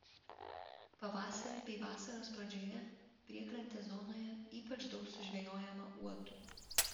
pavasarį bei vasaros pradžioje priekrantės zonoje ypač daug sužvejojama uotų